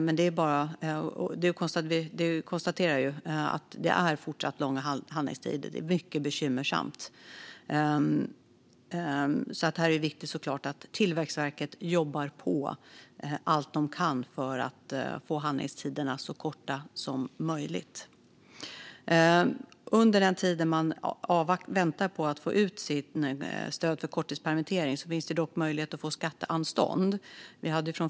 Vi kan dock konstatera att det är fortsatt långa handläggningstider, och det är mycket bekymmersamt. Det är såklart viktigt att Tillväxtverket jobbar på allt vad de kan för att korta handläggningstiderna så mycket som möjligt. Under tiden man väntar på att få ut sitt stöd för korttidspermitteringar finns det möjlighet att få skatteanstånd.